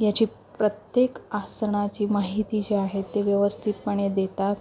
याची प्रत्येक आसनाची माहिती जी आहे ते व्यवस्थितपणे देतात